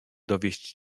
dowieść